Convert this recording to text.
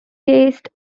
taste